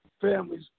families